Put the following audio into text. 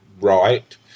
right